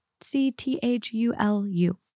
C-T-H-U-L-U